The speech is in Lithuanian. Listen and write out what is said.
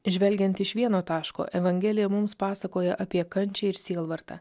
žvelgiant iš vieno taško evangelija mums pasakoja apie kančią ir sielvartą